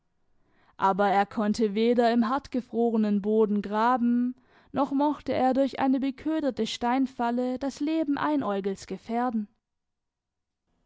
aber er konnte weder im hartgefrorenen boden graben noch mochte er durch eine beköderte steinfalle das leben einäugels gefährden